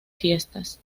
fiestas